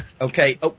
Okay